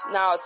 Now